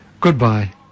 Goodbye